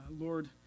Lord